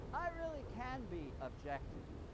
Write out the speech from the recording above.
i really can be objective.